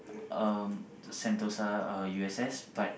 um Sentosa uh U_S_S but